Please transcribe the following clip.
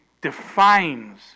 defines